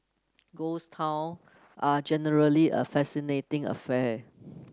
ghost town are generally a fascinating affair